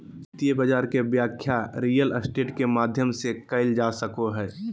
वित्तीय बाजार के व्याख्या रियल स्टेट के माध्यम से कईल जा सको हइ